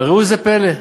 וראו זה פלא,